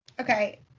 Okay